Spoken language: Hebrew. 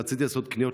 רציתי לעשות קניות,